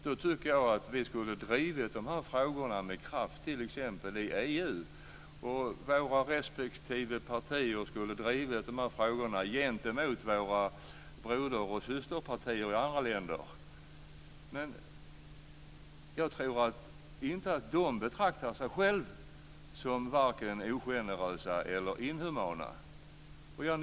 Då tycker jag att vi skulle ha drivit dessa frågor med kraft t.ex. i EU och att våra respektive partier skulle ha drivit dessa frågor gentemot våra broder och systerpartier i andra länder. Men jag tror inte att de betraktar sig själva som vare sig ogenerösa eller inhumana.